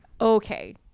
okay